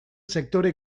sektore